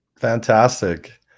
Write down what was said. Fantastic